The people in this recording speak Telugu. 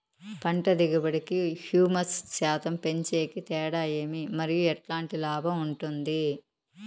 పంట దిగుబడి కి, హ్యూమస్ శాతం పెంచేకి తేడా ఏమి? మరియు ఎట్లాంటి లాభం ఉంటుంది?